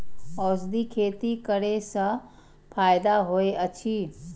औषधि खेती करे स फायदा होय अछि?